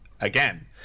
Again